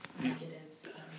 negatives